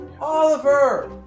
Oliver